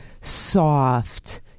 soft